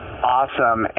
Awesome